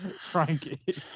Frankie